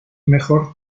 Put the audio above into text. mejor